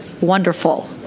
wonderful